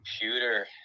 computer